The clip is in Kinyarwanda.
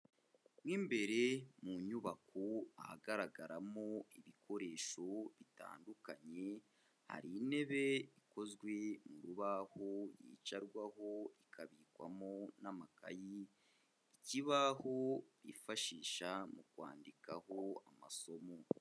Mo imbere mu nyubako ahagaragaramo ibikoresho bitandukanye, hari intebe ikozwe mu rubaho yicarwaho ikabikwamo n'amakayi, ikibaho bifashisha mu kwandikaho amasomo.